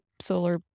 solar